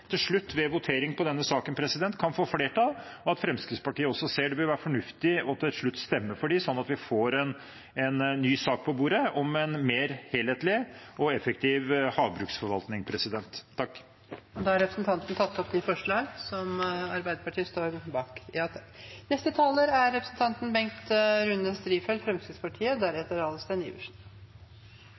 til slutt ved voteringen over denne saken. Jeg håper at Fremskrittspartiet også ser at det vil være fornuftig til slutt å stemme for de forslagene, slik at vi får en ny sak på bordet om en mer helhetlig og effektiv havbruksforvaltning. Representanten Terje Aasland har tatt opp de